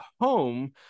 home